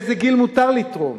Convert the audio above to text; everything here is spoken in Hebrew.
מאיזה גיל מותר לתרום?